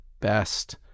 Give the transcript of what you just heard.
best